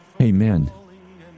Amen